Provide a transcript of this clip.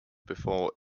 before